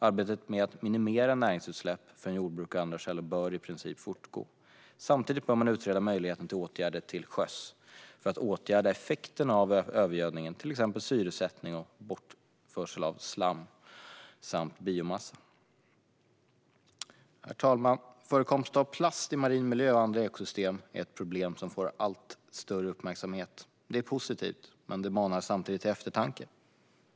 Arbetet med att minimera näringsutsläpp från jordbruk och andra källor bör i princip fortgå. Samtidigt bör man utreda möjligheten till åtgärder till sjöss för att åtgärda effekterna av övergödningen, till exempel genom syresättning och bortförsel av slam samt biomassa. Herr talman! Förekomsten av plast i marin miljö och andra ekosystem är ett problem som får allt större uppmärksamhet. Det är naturligtvis positivt, men det manar samtidigt till eftertanke.